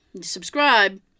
subscribe